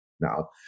Now